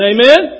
Amen